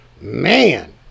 Man